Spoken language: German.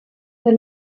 der